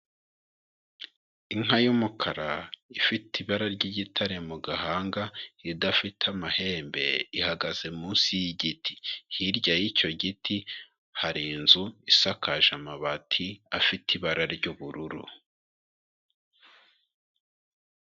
Inka y'umukara ifite ibara ry'igitare mu gahanga idafite amahembe ihagaze munsi y'igiti, hirya y'icyo giti hari inzu isakaje amabati afite ibara ry'ubururu.